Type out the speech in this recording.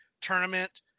tournament